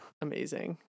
amazing